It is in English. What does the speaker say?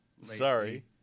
Sorry